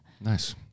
Nice